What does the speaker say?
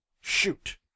Shoot